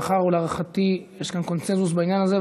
מאחר שלהערכתי יש כאן קונסנזוס בעניין הזה,